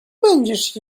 będziesz